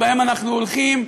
שבהם אנחנו הולכים,